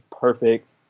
perfect